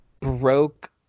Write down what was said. broke